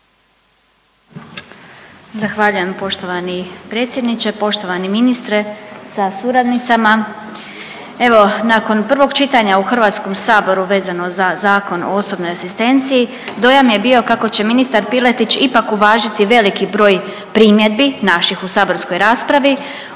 Zahvaljujem poštovani predsjedniče, poštovani ministre sa suradnicama. Evo nakon prvog čitanja u Hrvatskom saboru vezano za Zakon o osobnoj asistenciji dojam je bio kako će ministar Piletić ipak uvažiti veliki broj primjedbi naših u saborskoj raspravi